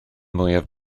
mwyaf